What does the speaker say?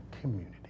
community